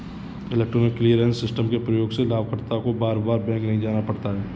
electronic clearance system के प्रयोग से लाभकर्ता को बार बार बैंक नहीं जाना पड़ता है